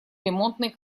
ремонтный